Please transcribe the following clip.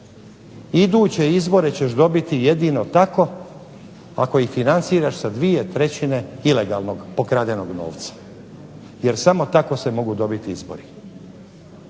iduće izbore ćeš dobiti jedino tako ako ih financiraš sa 2/3 ilegalnog, pokradenog novca, jer samo tako se mogu dobiti izbori.